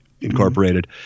Incorporated